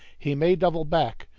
he may double back,